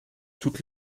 toutes